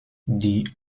die